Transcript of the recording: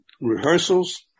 rehearsals